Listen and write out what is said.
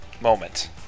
moment